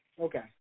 Okay